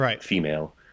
female